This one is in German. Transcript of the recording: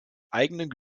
eigenen